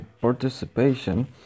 participation